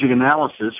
analysis